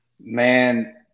Man